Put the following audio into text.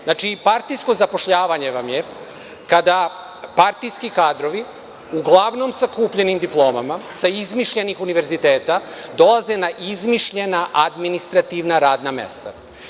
Znači, partijsko zapošljavanje je kada partijski kadrovi uglavnom sa kupljenim diplomama, sa izmišljenih univerziteta dolaze na izmišljena administrativna radna mesta.